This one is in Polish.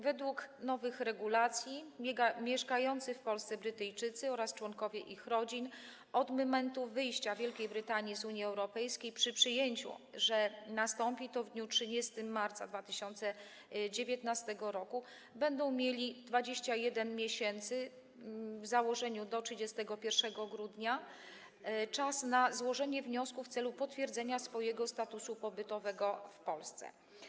Według nowych regulacji mieszkający w Polsce Brytyjczycy oraz członkowie ich rodzin od momentu wyjścia Wielkiej Brytanii z Unii Europejskiej, przy przyjęciu, że nastąpi to w dniu 30 marca 2019 r., będą mieli 21 miesięcy, w założeniu do 31 grudnia, na złożenie wniosku w celu potwierdzenia swojego statusu pobytowego w Polsce.